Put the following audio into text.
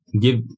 give